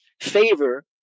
favor